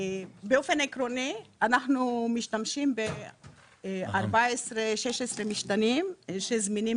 באופן עקרוני אנחנו משתמשים ב-14 16 משתנים שזמינים